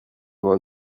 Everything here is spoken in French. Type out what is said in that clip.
vingt